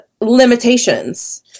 limitations